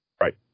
Right